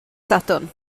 sadwrn